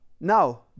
now